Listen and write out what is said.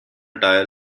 tire